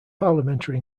parliamentary